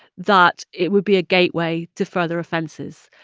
that it would be a gateway to further offenses,